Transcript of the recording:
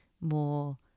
more